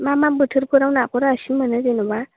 मामा बोथोरफोराव नाखौ रासिन मोनो जेन'बा